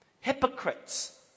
hypocrites